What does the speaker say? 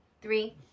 Three